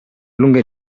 lunghe